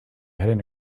heading